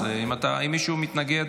אז אם מישהו מתנגד